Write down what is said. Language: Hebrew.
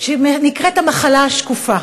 שנקראת המחלה השקופה.